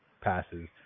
passes